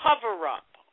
cover-up